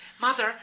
Mother